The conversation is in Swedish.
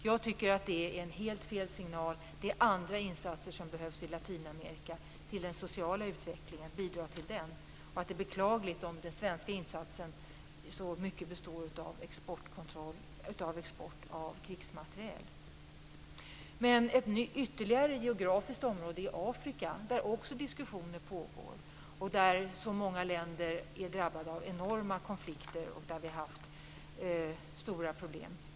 Jag tycker att det är helt fel signal. Det är andra insatser som behövs i Latinamerika. Vi måste bidra till den sociala utvecklingen. Det är beklagligt om den svenska insatsen i så stor utsträckning består av export av krigsmateriel. Ytterligare ett geografiskt område är Afrika. Diskussioner pågår. Många länder är drabbade av enorma konflikter, och problemen har varit stora.